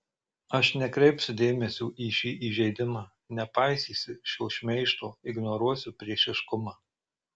aš nekreipsiu dėmesio į šį įžeidimą nepaisysiu šio šmeižto ignoruosiu priešiškumą